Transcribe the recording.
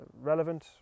relevant